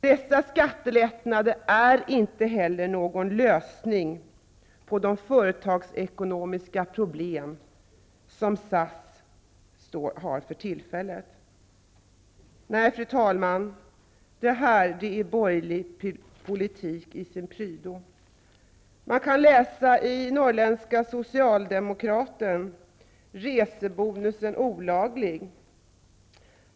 Dessa skattelättnader är inte heller någon lösning på de förtagsekonomiska problem som SAS för tillfället har. Fru talman! Detta är borgerlig politik i sin prydno. I Norrländska Socialdemokraten kan man läsa att resebonusen är olaglig.